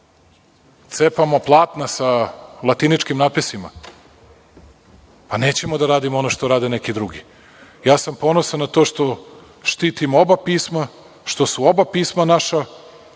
cepamo platna sa latiničkim natpisima? Nećemo da radimo ono što rade neki drugi. Ponosan sam na to što štitim oba pisma, što su oba pisma naša